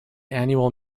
annual